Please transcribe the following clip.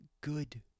good